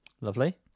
Lovely